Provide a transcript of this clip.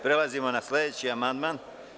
Prelazimo na sledeći amandman.